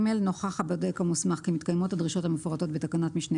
נוכח הבודק המוסמך כי מתקיימות הדרישות המפורטות בתקנת משנה